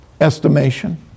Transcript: estimation